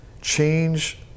change